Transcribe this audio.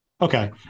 Okay